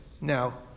Now